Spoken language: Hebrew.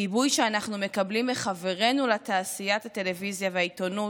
הגיבוי שאנחנו מקבלים מחברינו לתעשיית הטלוויזיה והעיתונות,